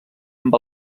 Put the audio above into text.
amb